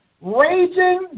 raging